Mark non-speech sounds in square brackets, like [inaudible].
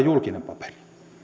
[unintelligible] julkinen paperi